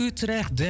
Utrecht